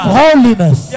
holiness